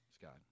Scott